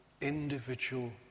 individual